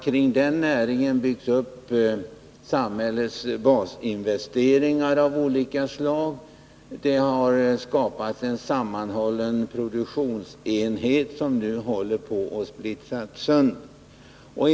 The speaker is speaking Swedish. Kring den näringen har samhällets basinvesteringar av olika slag byggts 51 upp. Det har skapats en sammanhållen produktionsenhet, som nu håller på att splittras sönder.